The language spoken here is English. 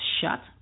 shut